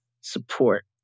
support